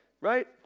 right